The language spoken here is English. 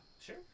Sure